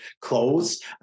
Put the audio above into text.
clothes